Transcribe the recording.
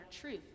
truth